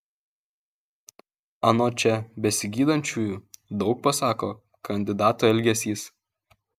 anot čia besigydančiųjų daug pasako kandidato elgesys